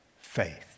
faith